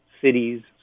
cities